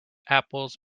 apples